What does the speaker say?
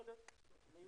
הם היו